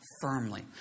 firmly